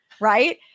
right